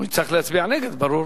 הוא יצטרך להצביע נגד, ברור.